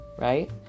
right